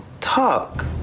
talk